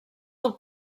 del